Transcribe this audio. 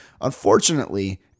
unfortunately